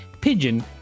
pigeon